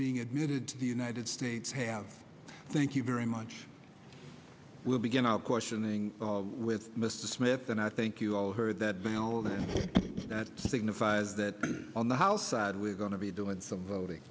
being admitted to the united states have thank you very much we'll begin our questioning with mr smith and i think you all heard that signifies that on the house side we're going to be doing some voting